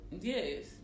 Yes